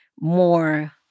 more